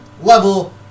level